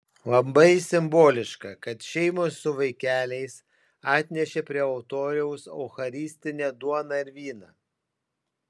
labai simboliška kad šeimos su vaikeliais atnešė prie altoriaus eucharistinę duoną ir vyną